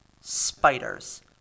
Spiders